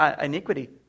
iniquity